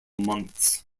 months